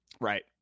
right